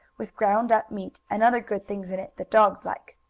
with ground-up meat, and other good things in it that dogs like.